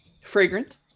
Fragrant